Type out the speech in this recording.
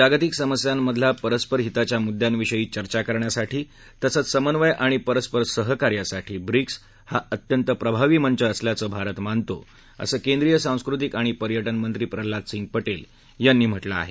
जागतिक समस्यांमधल्या परस्पर हिताच्या मुद्यांविषयी चर्चा करण्यासाठी तसंच समन्वय आणि परस्पर सहकार्यासाठी ब्रिक्स हा अत्यंत प्रभावी मंच असल्याचं भारत मानतो असं केंद्रीय सांस्कृतिक आणि पर्यटन मंत्री प्रल्हाद सिंग पटेल यांनी म्हटलं आहे